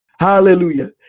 hallelujah